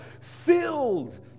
filled